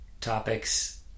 topics